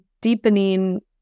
deepening